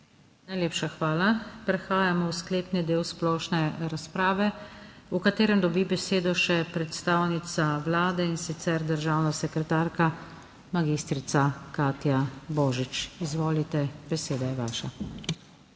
Najlepša hvala. Prehajamo v sklepni del splošne razprave v katerem dobi besedo še predstavnica Vlade, in sicer državna sekretarka magistrica Katja Božič. Izvolite, beseda je vaša.